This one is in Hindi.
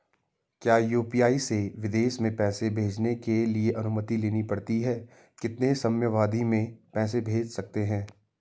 क्या यु.पी.आई से विदेश में पैसे भेजने के लिए अनुमति लेनी पड़ती है कितने समयावधि में पैसे भेज सकते हैं?